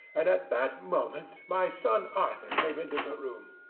and at that moment my son arthur came into the room.